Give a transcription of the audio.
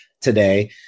today